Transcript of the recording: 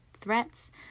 Threats